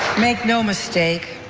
make no mistake,